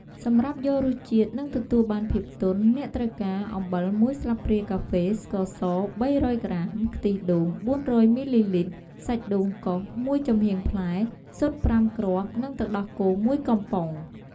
សម្រាប់យករសជាតិ និងទទួលបានភាពទន់ អ្នកត្រូវការ អំបិល ១ ស្លាបព្រាកាហ្វេ ស្ករស ៣០០ ក្រាម ខ្ទិះដូង ៤០០ មីលីលីត្រ សាច់ដូងកោស ១ ចំហៀងផ្លែ ស៊ុត ៥ គ្រាប់ និង ទឹកដោះគោ ១ កំប៉ុង។